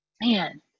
Man